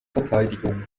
verteidigung